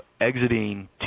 exiting